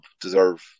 deserve